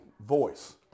voice